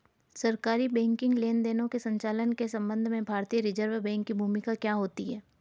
सरकारी बैंकिंग लेनदेनों के संचालन के संबंध में भारतीय रिज़र्व बैंक की भूमिका क्या होती है?